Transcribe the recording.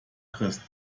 christ